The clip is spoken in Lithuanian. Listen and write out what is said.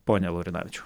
pone laurinavičiau